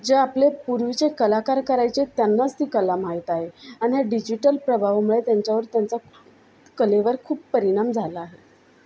जे आपले पूर्वीचे कलाकार करायचे त्यांनाच ती कला माहीत आहे आणि या डिजिटल प्रभावामुळे त्यांच्यावर त्यांचा कलेवर खूप परिणाम झाला आहे